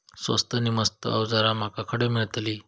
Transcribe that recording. स्वस्त नी मस्त अवजारा माका खडे मिळतीत?